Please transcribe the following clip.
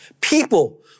People